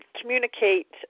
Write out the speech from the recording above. communicate